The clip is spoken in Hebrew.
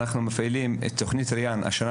אנחנו מפעילים ומרחיבים השנה גם את תוכנית ׳ריאן׳,